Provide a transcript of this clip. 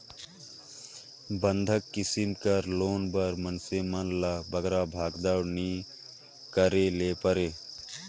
बंधक किसिम कर लोन बर मइनसे मन ल बगरा भागदउड़ नी करे ले परे